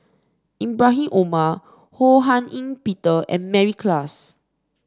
Ibrahim Omar Ho Hak Ean Peter and Mary Klass